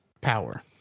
power